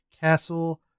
Castle